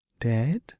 Dead